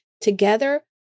Together